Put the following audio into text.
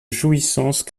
jouissance